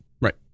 Right